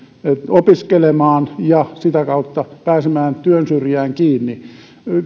opiskelemaan ja sitä kautta pääsemään työn syrjään kiinni